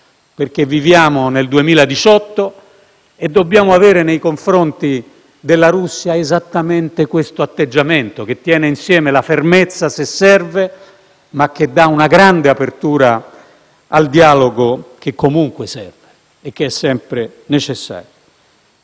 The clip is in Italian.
perché viviamo nel 2018 e dobbiamo avere nei confronti della Russia esattamente questo atteggiamento, che tiene insieme la fermezza, se serve, ma che mostra grande apertura al dialogo, che comunque serve ed è sempre necessario.